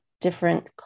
different